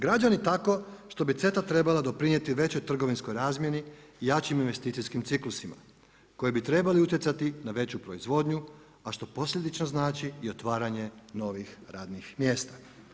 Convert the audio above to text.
Građani tako što bi CETA trebala doprinijeti većoj trgovinskoj razini i jačim investicijskim ciklusima koji bi trebali utjecati na veću proizvodnju a što posljedično znači i otvaranje novih radnih mjesta.